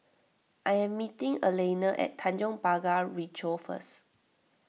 I am meeting Alaina at Tanjong Pagar Ricoh First